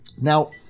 Now